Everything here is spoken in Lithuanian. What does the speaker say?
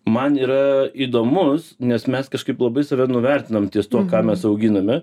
man yra įdomus nes mes kažkaip labai save nuvertinam ties tuo ką mes auginane